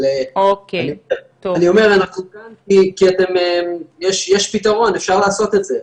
אבל אני אומר שיש פתרון, אפשר לעשות את זה.